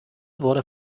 wurde